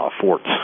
forts